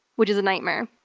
which is a nightmare.